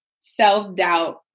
self-doubt